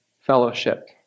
fellowship